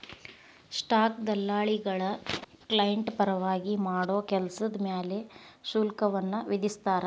stock ದಲ್ಲಾಳಿಗಳ client ಪರವಾಗಿ ಮಾಡೋ ಕೆಲ್ಸದ್ ಮ್ಯಾಲೆ ಶುಲ್ಕವನ್ನ ವಿಧಿಸ್ತಾರ